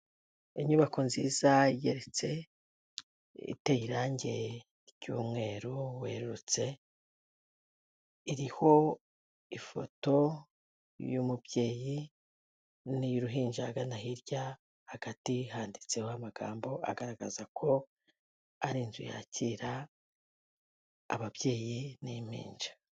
Inyubako nziza igeretse, iteye irangi ry'umweru werutse, iriho ifoto y'umubyeyi n'iy'uruhinja ahagana hirya, hagati handitseho amagambo agaragaza ko ari inzu yakira ababyeyi n'impinja.